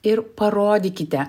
ir parodykite